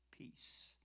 Peace